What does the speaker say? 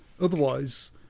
Otherwise